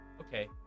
okay